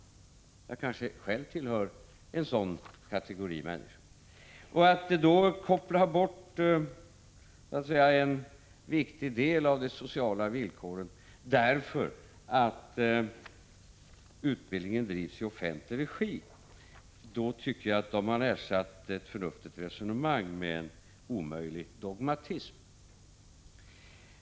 Jag kanske själv tillhör en sådan kategori människor. Om man kopplar bort en viktig del av de sociala villkoren därför att utbildningen drivs i offentlig regi, då tycker jag att man har ersatt ett förnuftigt resonemang med en omöjlig dogmatism.